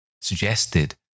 suggested